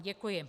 Děkuji.